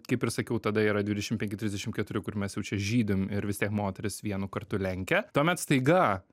kaip ir sakiau tada yra dvidešim penki trisdešim keturi kur mes jau čia žydim ir vis tiek moteris vienu kartu lenkia tuomet staiga